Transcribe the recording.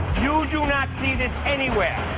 you do not see this anywhere,